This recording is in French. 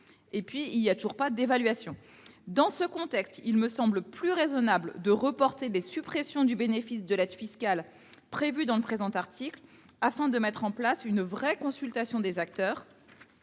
plus est, il n’y a toujours pas d’évaluation. Dans ce contexte, il semble plus raisonnable de reporter les suppressions du bénéfice de l’aide fiscale prévues dans le présent article afin de mettre en place une véritable consultation des acteurs